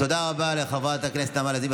תודה רבה לחברת הכנסת נעמה לזימי.